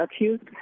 accused